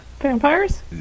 Vampires